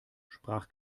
sprach